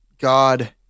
god